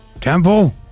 Temple